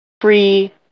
free